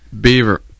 Beaver